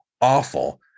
awful